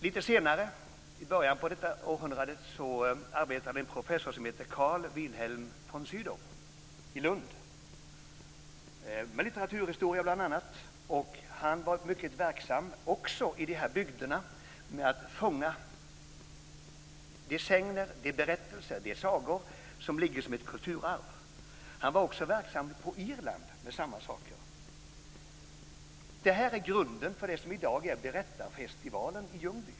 Lite senare, i början av århundradet, arbetade en professor som hette Carl Wilhelm von Sydow i Lund med bl.a. litteraturhistoria. Han var också mycket verksam i dessa bygder med att fånga de sägner, berättelser och sagor som finns där som ett kulturarv. Han var också verksam på Irland med samma saker. Detta är grunden för det som i dag är berättarfestivalen i Ljungby.